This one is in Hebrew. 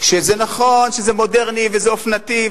שזה נכון שזה מודרני וזה אופנתי,